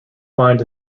find